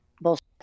bullshit